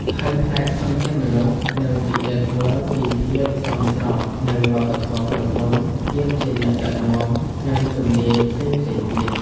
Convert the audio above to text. ហើយផ្នែកធនធានមនុស្សនឹងពិនិត្យមើលពី ភាពសមស្របនឹងវប្បធម៌ក្រុមហ៊ុន ភាពជាអ្នកដឹកនាំ និងជំនាញផ្សេងៗទៀត។